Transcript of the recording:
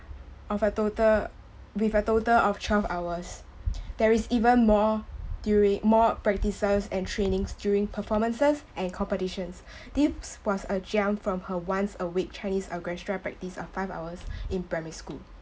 of a total with a total of twelve hours there is even more duri~ more practices and trainings during performances and competitions this was a jump from her once a week chinese orchestra practice of five hours in primary school